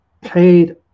paid